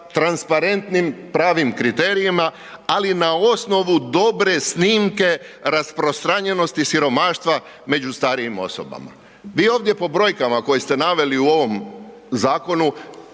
transparentnim pravim kriterijima, ali na osnovu dobre snimke rasprostranjenosti siromaštva među starijim osobama. Vi ovdje po brojkama koje ste naveli u ovom zakonu